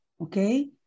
okay